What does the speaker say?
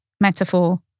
metaphor